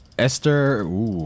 Esther